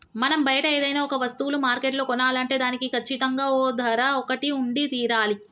మనం బయట ఏదైనా ఒక వస్తువులు మార్కెట్లో కొనాలంటే దానికి కచ్చితంగా ఓ ధర ఒకటి ఉండి తీరాలి